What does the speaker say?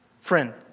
Friend